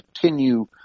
continue